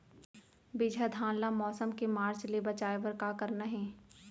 बिजहा धान ला मौसम के मार्च ले बचाए बर का करना है?